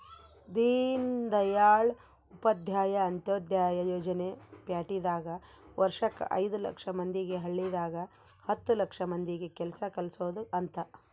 ದೀನ್ದಯಾಳ್ ಉಪಾಧ್ಯಾಯ ಅಂತ್ಯೋದಯ ಯೋಜನೆ ಪ್ಯಾಟಿದಾಗ ವರ್ಷಕ್ ಐದು ಲಕ್ಷ ಮಂದಿಗೆ ಹಳ್ಳಿದಾಗ ಹತ್ತು ಲಕ್ಷ ಮಂದಿಗ ಕೆಲ್ಸ ಕಲ್ಸೊದ್ ಅಂತ